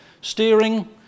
Steering